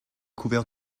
couverts